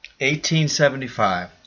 1875